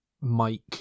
Mike